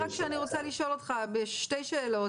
אני מבקשת לשאול אותך שתי שאלות.